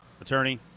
attorney